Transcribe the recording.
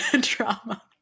drama